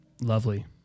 lovely